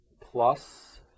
plus